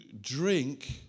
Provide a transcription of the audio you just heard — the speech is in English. drink